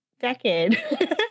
decade